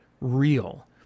real